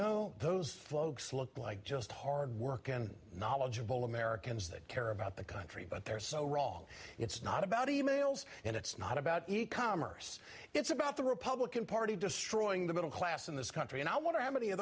know those folks look like just hard work and knowledgeable americans that care about the country but they're so wrong it's not about e mails and it's not about e commerce it's about the republican party destroying the middle class in this country and i want to how many of